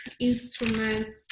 instruments